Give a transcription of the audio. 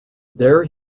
there